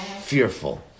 fearful